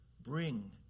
Bring